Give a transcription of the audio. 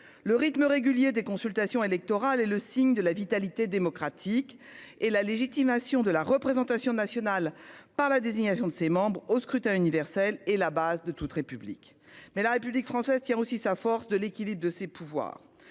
le rythme régulier des consultations électorales et le signe de la vitalité démocratique et la légitimation de la représentation nationale par la désignation de ses membres au scrutin universel et la base de toute République mais la République française tient aussi sa force de l'équilibre de ses pouvoirs